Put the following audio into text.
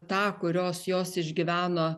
tą kurios jos išgyveno